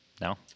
No